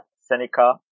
Seneca